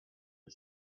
are